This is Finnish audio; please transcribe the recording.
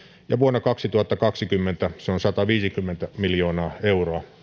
ja vuonna kaksituhattakaksikymmentä se on sataviisikymmentä miljoonaa euroa